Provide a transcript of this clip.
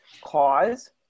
cause